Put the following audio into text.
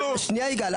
אתחיל עם הנתון השני.